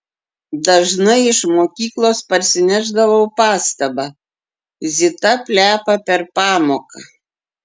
dažnai iš mokyklos parsinešdavau pastabą zita plepa per pamoką